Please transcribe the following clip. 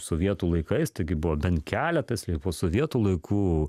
sovietų laikais taigi buvo bent keletas lyg po sovietų laikų